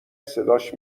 صداش